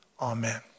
Amen